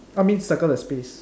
I mean circle the space